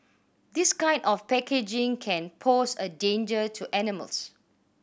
this kind of packaging can pose a danger to animals